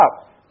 up